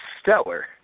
stellar